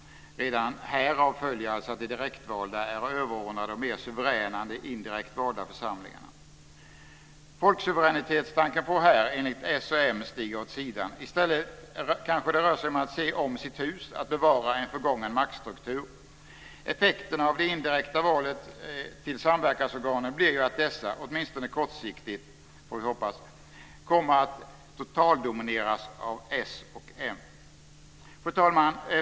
Redan härav följer att de direktvalda är överordnade och mer suveräna än de indirekt valda församlingarna. Folksuveränitetstanken får här - enligt socialdemokraterna och moderaterna - stiga åt sidan. I stället kanske det rör sig om att se om sitt hus, att bevara en förgången maktstruktur. Effekterna av det indirekta valet till samverkansorganen blir ju att dessa - åtminstone kortsiktigt får vi hoppas - kommer att totaldomineras av socialdemokraterna och moderaterna. Fru talman!